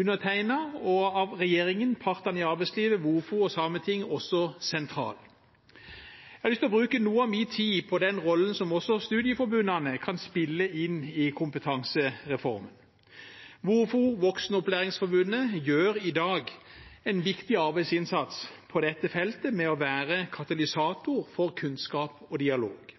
undertegnet av regjeringen, partene i arbeidslivet, Voksenopplæringsforbundet – VOFO – og Sametinget, sentral. Jeg har lyst til å bruke noe av min tid på den rollen som studieforbundene kan spille i kompetansereformen. VOFO gjør i dag en viktig arbeidsinnsats på dette feltet ved å være en katalysator for kunnskap og dialog.